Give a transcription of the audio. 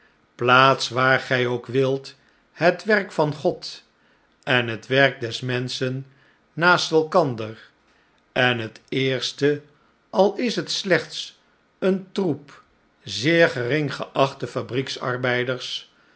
plaatst waar gij ook wilt het werk van god en het werk des menschen naast elkander en het eerste al is het slechts een troep zeer gering geachte